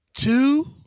Two